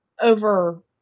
over